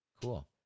Cool